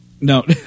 No